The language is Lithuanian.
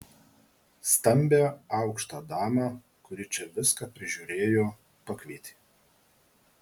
stambią aukštą damą kuri čia viską prižiūrėjo pakvietė